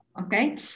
Okay